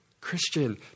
christian